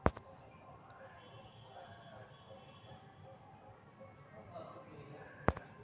मछरी पोशे लागी पोखरि के जरूरी होइ छै